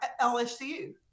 LSU